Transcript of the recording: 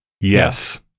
Yes